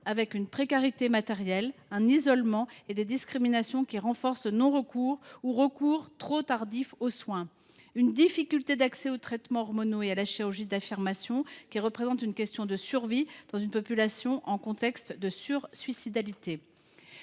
avec une précarité matérielle, un isolement et des discriminations qui renforcent le non recours ou un recours trop tardif aux soins, ainsi qu’une difficulté d’accès aux traitements hormonaux et à la chirurgie d’affirmation. C’est pourtant une question de survie pour une population dans laquelle le risque de